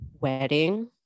wedding